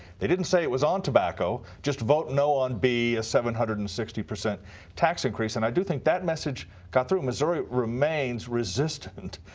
they didn't say it was on tobacco, just vote no on b, a seven hundred and sixty percent tax increase, and i do think that message got through. missouri remains resistant,